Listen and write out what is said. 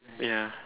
ya